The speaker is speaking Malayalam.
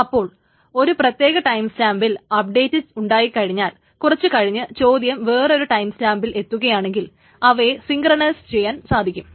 ഇപ്പോൾ ഒരു പ്രത്യേക ടൈം സ്റ്റാമ്പിൽ അപ്ഡേറ്റ് ഉണ്ടായിക്കഴിഞ്ഞാൽ കുറച്ചു കഴിഞ്ഞ് ചോദ്യം വേറൊരു ടൈം സ്റ്റാമ്പിൽ എത്തുകയാണെങ്കിൽ അവയെ സിന്ക്രണൈസ് ചെയ്യാൻ സാധിക്കും